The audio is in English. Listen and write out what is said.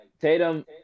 Tatum